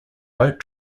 boat